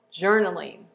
journaling